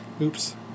oops